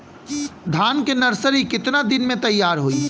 धान के नर्सरी कितना दिन में तैयार होई?